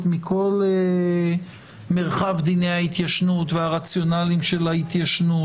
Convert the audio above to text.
מכל מרחב דיני ההתיישנות והרציונלים של ההתיישנות,